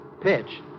Pitch